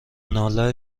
ناله